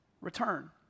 return